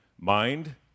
Mind